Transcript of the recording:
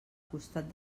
costat